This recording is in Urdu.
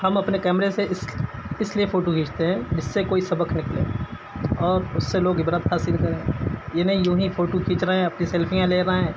ہم اپنے کیمرے سے اس اس لیے فوٹو کھینچتے ہیں جس سے کوئی سبق نکلے اور اس سے لوگ عبرت حاصل کریں یہ نہیں یوں ہی فوٹو کھینچ رہے ہیں اپنی سیلفیاں لے رہے ہیں